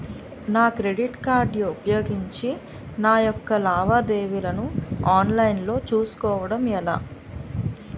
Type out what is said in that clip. నా credit card ఉపయోగించి నా యెక్క లావాదేవీలను ఆన్లైన్ లో చేసుకోవడం ఎలా?